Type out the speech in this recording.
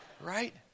right